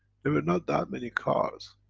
there were not that many cars,